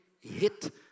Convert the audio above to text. hit